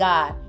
God